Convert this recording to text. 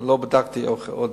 לא בדקתי עדיין איך.